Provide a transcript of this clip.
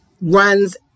runs